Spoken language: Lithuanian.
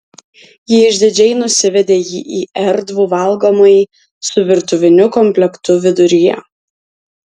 ji išdidžiai nusivedė jį į erdvų valgomąjį su virtuviniu komplektu viduryje